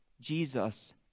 Jesus